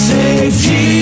Safety